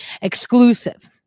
exclusive